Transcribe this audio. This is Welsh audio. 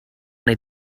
wnei